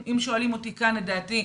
מבחינתי,